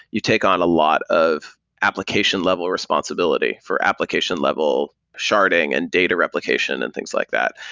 you take on a lot of application level responsibility for application level sharding and data replication and things like that.